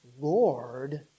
Lord